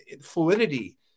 fluidity